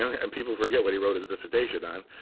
and people forget what he wrote his dissertation on.